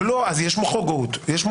אבל יש מוחרגות.